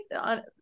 on